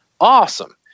awesome